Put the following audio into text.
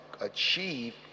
achieve